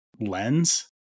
lens